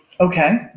okay